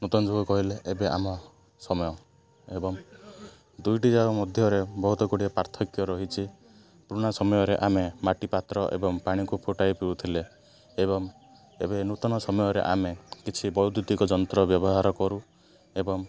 ନୂତନ ଯୁଗ କହିଲେ ଏବେ ଆମ ସମୟ ଏବଂ ଦୁଇଟି ଯାକ ମଧ୍ୟରେ ବହୁତ ଗୁଡ଼ିଏ ପାର୍ଥକ୍ୟ ରହିଛି ପୁରୁଣା ସମୟରେ ଆମେ ମାଟି ପାତ୍ର ଏବଂ ପାଣିକୁ ଫଟାଇ ପିଉଥିଲେ ଏବଂ ଏବେ ନୂତନ ସମୟରେ ଆମେ କିଛି ବୈଦ୍ୟୁତିକ ଯନ୍ତ୍ର ବ୍ୟବହାର କରୁ ଏବଂ